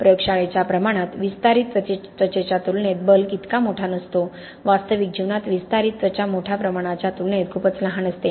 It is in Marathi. प्रयोगशाळेच्या प्रमाणात विस्तारित त्वचेच्या तुलनेत बल्क इतका मोठा नसतो वास्तविक जीवनात विस्तारित त्वचा मोठ्या प्रमाणाच्या तुलनेत खूपच लहान असते